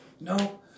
No